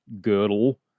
girdle